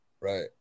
Right